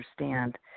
understand